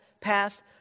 passed